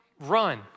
run